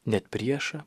net priešą